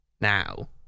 now